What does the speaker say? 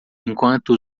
enquanto